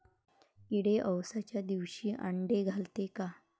किडे अवसच्या दिवशी आंडे घालते का?